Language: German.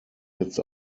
jetzt